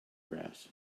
grass